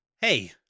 hey